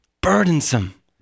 burdensome